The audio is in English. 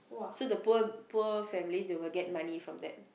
so the poor poor family they will get money from that